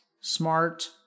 smart